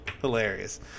Hilarious